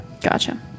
Gotcha